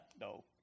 No